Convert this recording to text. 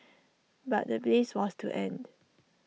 but the bliss was to end